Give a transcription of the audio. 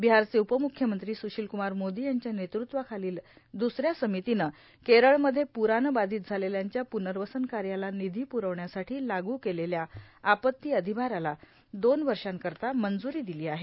बिहारचे उपमुख्यमंत्री सुशीलकुमार मोदी यांच्या नेतृत्वाखालच्या दुसऱ्या समितीनं केरळमध्ये पुरानं बाधित झालेल्यांच्या पुनर्वसन कार्याला निधी पुरवण्यासाठी लागू केलेल्या आपत्ती अधिभाराला दोन वर्षांकरिता मंजूरी दिली आहे